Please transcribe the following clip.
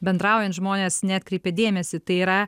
bendraujant žmonės neatkreipia dėmesį tai yra